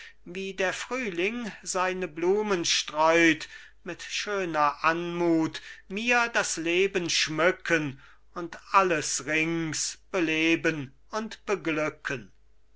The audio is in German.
wie der frühling seine blumen streut mit schöner anmut mir das leben schmücken und alles rings beleben und beglücken